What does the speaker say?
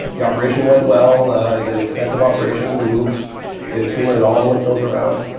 the operation went well, i did an extensive operation, removed the tumour and all the lymph nodes around.